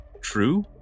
true